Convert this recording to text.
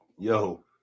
Yo